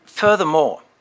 Furthermore